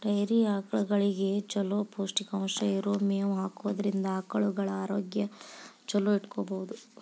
dairy ಆಕಳಗಳಿಗೆ ಚೊಲೋ ಪೌಷ್ಟಿಕಾಂಶ ಇರೋ ಮೇವ್ ಹಾಕೋದ್ರಿಂದ ಆಕಳುಗಳ ಆರೋಗ್ಯ ಚೊಲೋ ಇಟ್ಕೋಬಹುದು